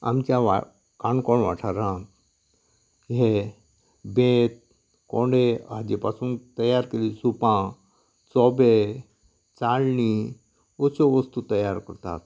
आमच्या वा काणकोण वाठारांत हे बेत कोंडे हाचे पसून तयार केल्ली सूपां चोबे चालणी अश्यो वस्तू तयार करतात